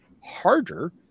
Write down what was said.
harder